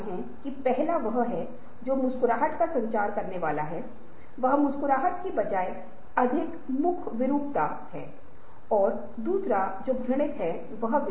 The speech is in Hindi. यदि हम परिवर्तन करते हैं और यदि हम समय की अवधि में निरंतर नहीं रह सकते हैं तो उपरोक्त चरणों को 1 से 7 तक फिर से सोचने की आवश्यकता है